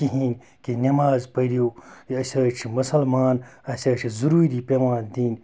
کِہیٖنۍ کہِ نٮ۪ماز پٔرِو یہِ أسۍ حظ چھِ مُسلمان اَسہِ حظ چھِ ضٔروٗری پٮ۪وان دِنۍ